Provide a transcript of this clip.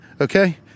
Okay